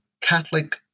Catholic